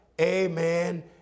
Amen